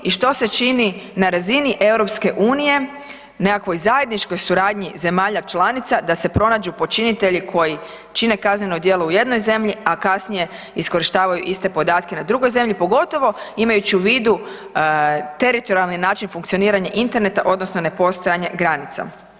I što se čini na razini EU nekakvoj zajedničkoj suradnji zemalja članica da se pronađu počinitelji koji čine kazneno djelo u jednoj zemlji, a kasnije iskorištavaju iste podatke na drugoj zemlji pogotovo imajući u vidu teritorijalni način funkcioniranja interneta odnosno ne postojanje granica.